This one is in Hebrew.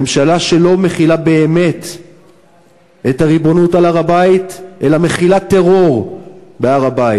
ממשלה שלא מחילה באמת את הריבונות על הר-הבית אלא מחילה טרור בהר-הבית.